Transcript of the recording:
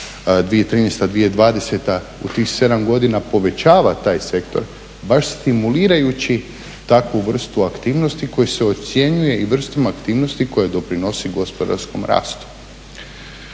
2013.-2020.u tih 7 godina povećava taj sektor baš stimulirajući takvu vrstu aktivnosti koja se ocjenjuje i vrstama aktivnosti koje doprinose gospodarskom rastu.